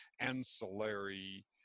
ancillary